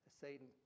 Satan